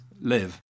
live